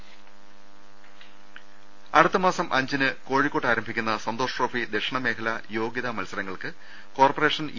ദർശ്ശക്കും അടുത്തമാസം അഞ്ചിന് കോഴിക്കോട്ട് ആരംഭിക്കുന്ന സന്തോഷ്ട്രോഫി ദക്ഷിണമേഖലാ യോഗൃതാ മത്സരങ്ങൾക്ക് കോർപ്പറേഷൻ ഇ